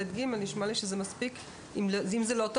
ב',